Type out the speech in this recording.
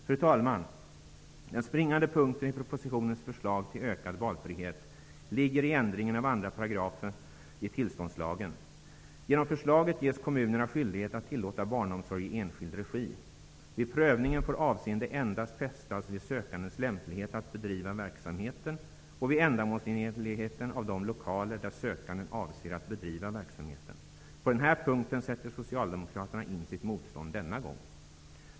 Fru talman! Den springande punkten i propositionens förslag till ökad valfrihet ligger i ändringen av 2 § tillståndslagen. Genom förslaget ges kommunerna skyldighet att tillåta barnomsorg i enskild regi. Vid prövningen får avseende endast fästas vid sökandes lämplighet att bedriva verksamheten och vid ändamålsenligheten av de lokaler där sökanden avser att bedriva verksamheten. På den här punkten sätter socialdemokraterna in sitt motstånd denna gång.